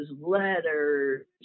letters